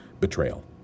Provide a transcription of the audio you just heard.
Betrayal